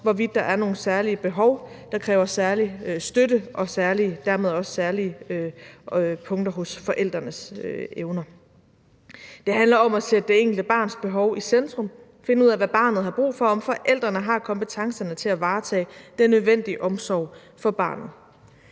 hvorvidt der er nogle særlige behov, der kræver særlig støtte og dermed drejer sig om særlige punkter i forhold til forældrenes evner. Det handler om at sætte det enkelte barns behov i centrum, om at finde ud af, hvad barnet har brug for, og at finde ud af, om forældrene har kompetencerne til at varetage den nødvendige omsorg for barnet.